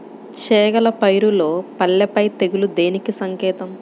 చేగల పైరులో పల్లాపై తెగులు దేనికి సంకేతం?